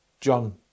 John